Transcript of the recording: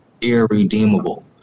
irredeemable